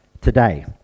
today